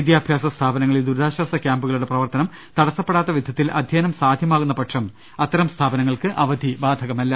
വിദ്യാഭ്യാസ സ്ഥാപനങ്ങളിൽ ദുരിതാശ്ചാസ ക്യാമ്പുക ളുടെ പ്രവർത്തനം തടസ്സപ്പെടാത്ത വിധത്തിൽ അധ്യയനം സാധ്യ മാകുന്ന പക്ഷം അത്തരം സ്ഥാപനങ്ങൾക്ക് അവധി ബാധകമല്ല